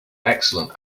excellent